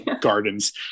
gardens